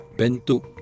bentuk